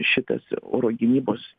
šitas oro gynybos